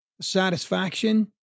Satisfaction